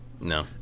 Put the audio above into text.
no